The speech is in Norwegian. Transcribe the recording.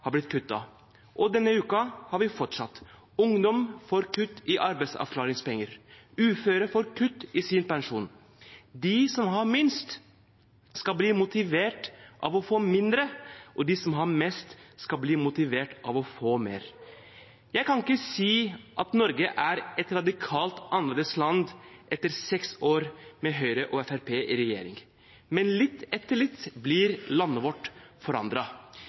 har blitt kuttet. Denne uken har det fortsatt: Ungdom får kutt i arbeidsavklaringspenger, uføre får kutt i sin pensjon – de som har minst skal bli motivert av å få mindre, og de som har mest, skal bli motivert av å få mer. Jeg kan ikke si at Norge er et radikalt annerledes land etter seks år med Høyre og Fremskrittspartiet i regjering, men litt etter litt blir landet vårt